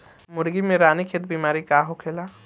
मुर्गी में रानीखेत बिमारी का होखेला?